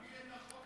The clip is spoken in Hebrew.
תביא את החוק,